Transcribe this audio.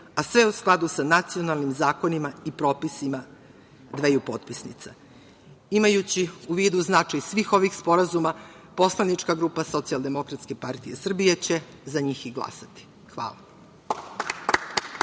a sve u skladu sa nacionalnim zakonima i propisima dveju potpisnica. Imajući u vidu značaj svih ovih sporazuma, poslanička grupa Socijaldemokratske partije Srbije će za njih i glasati. Hvala.